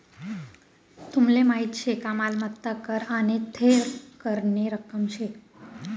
तुमले माहीत शे का मालमत्ता कर आने थेर करनी रक्कम शे